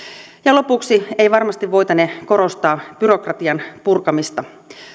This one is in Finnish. lopuksi ei varmasti voitane korostaa byrokratian purkamista